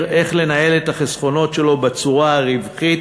איך לנהל את החסכונות שלו בצורה הרווחית